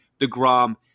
DeGrom